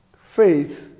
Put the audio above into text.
Faith